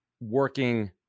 working